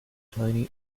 from